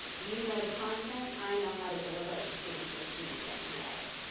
you know the content, i know how to deliver it to students with unique learning styles.